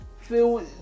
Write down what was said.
Phil